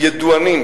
ידוענים,